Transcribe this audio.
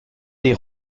les